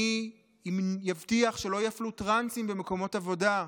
מי יבטיח שלא יפלו טרנסים במקומות עבודה?